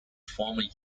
former